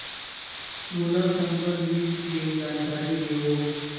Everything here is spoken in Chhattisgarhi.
मोला संकर बीज के जानकारी देवो?